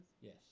Yes